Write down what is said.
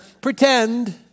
pretend